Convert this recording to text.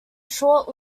short